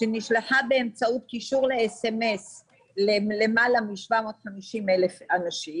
שנשלחה באמצעות קישור לסמס למעלה מ-750,000 אנשים